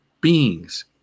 beings